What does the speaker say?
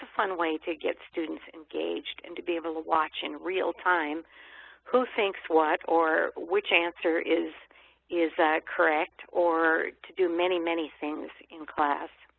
fun way to get students engaged and to be able to watch in real time who thinks what or which answer is is ah correct or to do many, many things in class.